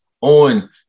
on